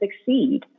succeed